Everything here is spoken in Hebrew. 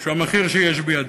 שהוא המחיר שיש בידינו.